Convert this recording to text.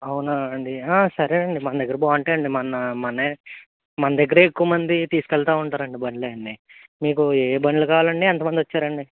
అవునా అండి సరే అండి మన దగ్గర బాగుంటాయి అండి మొన్న మన మన దగ్గర ఎక్కువ మంది తీసుకు వెళుతు ఉంటారు అండి బళ్ళు అవి మీకు ఏ బళ్ళు కావాలండి ఎంత మంది వచ్చారు అండి